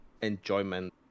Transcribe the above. enjoyment